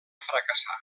fracassar